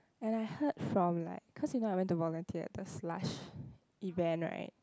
and I heard from like cause you know I went to volunteer at the Slush event right